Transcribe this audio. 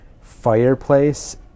fireplace